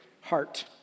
heart